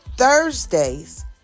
Thursdays